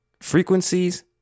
frequencies